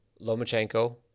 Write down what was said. Lomachenko